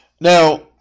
Now